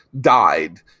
died